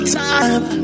time